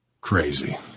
crazy